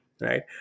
Right